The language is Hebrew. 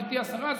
גברתי השרה,